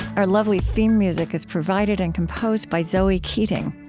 our lovely theme music is provided and composed by zoe keating.